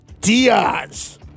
Diaz